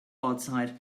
outside